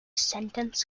sentence